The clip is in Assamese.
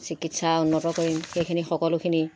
চিকিৎসা উন্নত কৰিম সেইখিনি সকলোখিনি